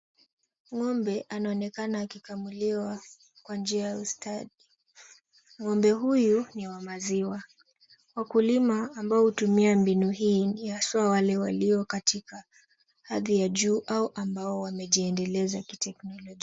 Ngombe anaonekana akikamuliwa, kwa njia ya ustadi. Ngombe huyu ni wa maziwa. Wakulima ambao hutumia mbinu hii haswa waliwalio katika hadi ya juu au ambao wamejiendeleza kiteknolojia.